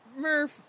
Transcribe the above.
Murph